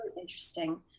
interesting